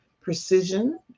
precision